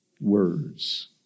words